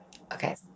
Okay